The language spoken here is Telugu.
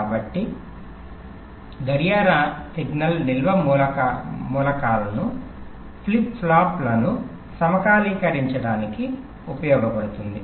కాబట్టి గడియార సిగ్నల్ నిల్వ మూలకాలను ఫ్లిప్ ఫ్లాప్ లను సమకాలీకరించడానికి ఉపయోగించబడుతుంది